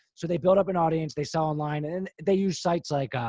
so they build up an audience, they sell online and they use sites like,